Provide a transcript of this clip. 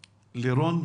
שלום.